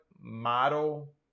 model